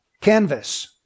canvas